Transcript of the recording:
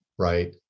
right